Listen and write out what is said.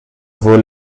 vos